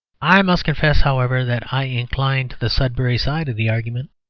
i must confess, however, that i incline to the sudbury side of the argument.